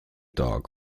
dog